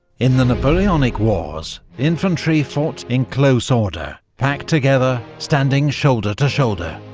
in the napoleonic wars, infantry fought in close order packed together, standing shoulder to shoulder.